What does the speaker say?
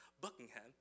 Buckingham